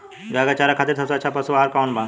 गाय के चारा खातिर सबसे अच्छा पशु आहार कौन बा?